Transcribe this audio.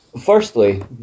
Firstly